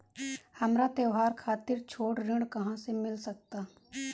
हमरा त्योहार खातिर छोट ऋण कहाँ से मिल सकता?